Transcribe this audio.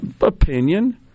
opinion